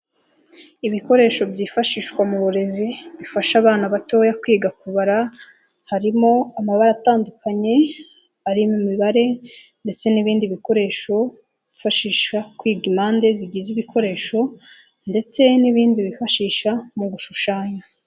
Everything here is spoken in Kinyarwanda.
Ibikoresho byifashishwa mu burezi bifasha abana batoya kwiga kubara, harimo amabara atandukanye ari mo mibare ndetse n'ibindi bikoresho byifashisha mu kwiga impande zigize ibikoresho ndetse n'ibindi bifashisha mu gushushanya.